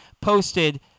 posted